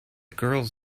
girls